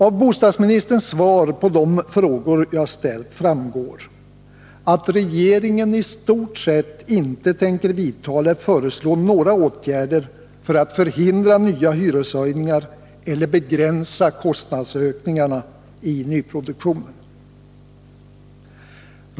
Av bostadsministerns svar på de frågor jag ställt framgår att regeringen i stort sett inte tänker vidta eller föreslå några åtgärder för att förhindra nya hyreshöjningar eller begränsa kostnadsökningarna i nyproduktionen.